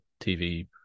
TV